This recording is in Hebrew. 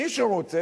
מי שרוצה,